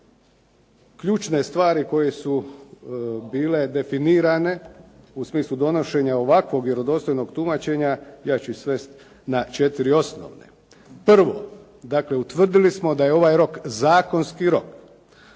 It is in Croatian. Ključne stvari koje su bile definirane u smislu donošenja ovakvog vjerodostojnog tumačenja, ja ću ih svesti na četiri osnovne. Prvo. Dakle, utvrdili smo da je ovaj rok zakonski rok.